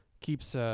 keeps –